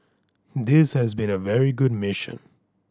this has been a very good mission